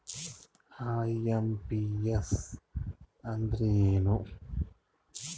IMPS ಅಂದ್ರ ಏನು?